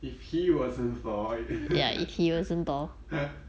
if he wasn't thor